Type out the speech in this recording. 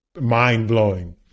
mind-blowing